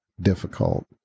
difficult